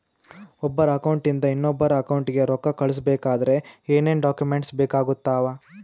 ಒಬ್ಬರ ಅಕೌಂಟ್ ಇಂದ ಇನ್ನೊಬ್ಬರ ಅಕೌಂಟಿಗೆ ರೊಕ್ಕ ಕಳಿಸಬೇಕಾದ್ರೆ ಏನೇನ್ ಡಾಕ್ಯೂಮೆಂಟ್ಸ್ ಬೇಕಾಗುತ್ತಾವ?